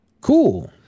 Cool